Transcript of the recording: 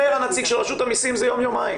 אומר הנציג של רשות המיסים, זה יום-יומיים.